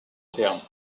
terme